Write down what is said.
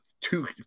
two